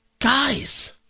Guys